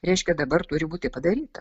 reiškia dabar turi būti padaryta